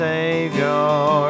Savior